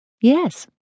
Yes